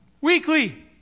weekly